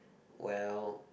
well